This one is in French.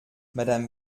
madame